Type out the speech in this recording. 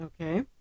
okay